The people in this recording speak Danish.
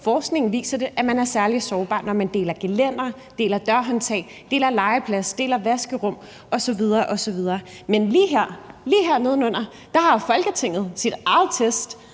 forskning viser det – at man er særligt sårbar, når man deler gelænder, deler dørhåndtag, deler legeplads, deler vaskerum osv. osv. Men lige her nedenunder har Folketinget sit eget lille